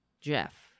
Jeff